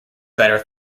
better